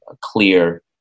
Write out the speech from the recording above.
clear